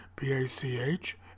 B-A-C-H